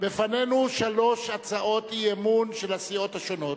לפנינו שלוש הצעות אי-אמון של הסיעות השונות,